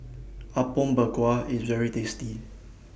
Apom Berkuah IS very tasty